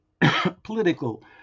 political